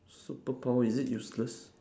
superpower is it useless